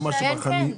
מקומי?